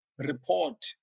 report